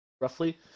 roughly